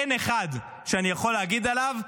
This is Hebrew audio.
אין אחד שאני יכול להגיד עליו: